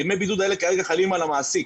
ימי הבידוד האלה כרגע חלים על המעסיק.